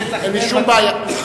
אין לי שום בעיה.